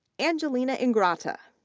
angelina ingratta,